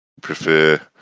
prefer